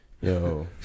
Yo